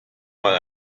mal